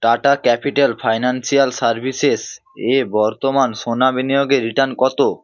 tata Capital Financial Services এ বর্তমান সোনা বিনিয়োগে রিটার্ন কতো